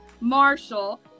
Marshall